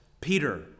Peter